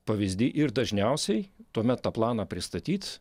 pavyzdį ir dažniausiai tuomet tą planą pristatyt